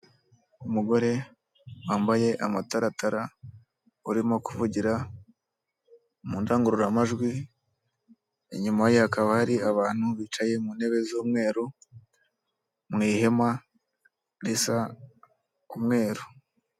Umugore wambaye amataratara urimo kuvugira mu ndangururamajwi, inyuma ye hakaba hari abantu bicaye mu ntebe z'umweru mu ihema risa umweru.